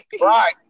Right